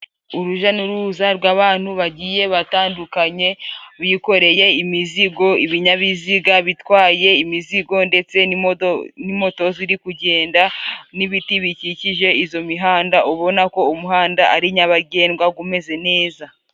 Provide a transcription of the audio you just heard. urujya n'uruza rw'abantu bagiye batandukanye bikoreye imizigo ibinyabiziga bitwaye imizigo ndetse n'i moto ziri kugenda n'ibiti bikikije izo mihanda ubona ko umuhanda ari nyabagendwa umeze neza